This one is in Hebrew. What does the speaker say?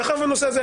מאחר והנושא הזה,